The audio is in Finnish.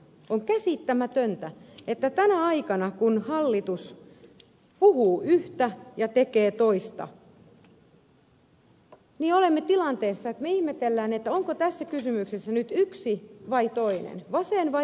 on käsittämätöntä että tänä aikana kun hallitus puhuu yhtä ja tekee toista olemme tilanteessa että ihmettelemme onko tässä kysymyksessä nyt yksi vai toinen vasen vai oikea käsi